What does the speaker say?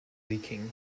leaking